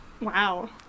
Wow